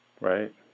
Right